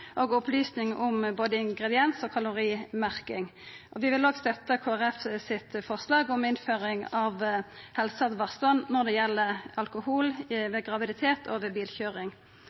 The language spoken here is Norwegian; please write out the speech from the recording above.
og opplysning om både ingrediens- og kalorimerking. Vi er òg med på Kristeleg Folkepartis forslag om innføring av helseåtvaring når det gjeld alkoholbruk ved graviditet og bilkøyring.